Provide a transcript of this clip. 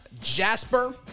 Jasper